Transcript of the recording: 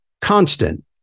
constant